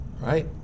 right